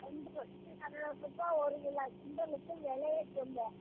ரெண்டு வயல் நடுறதுக்குப்பா ஒரு கிலோ சுண்டலுக்கு விலையச் சொல்